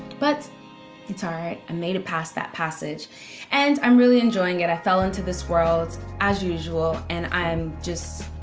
but it's alright. i and made it past that passage and i'm really enjoying it i fell into this world as usual, and i'm just